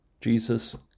Jesus